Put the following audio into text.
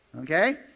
Okay